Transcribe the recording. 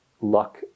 luck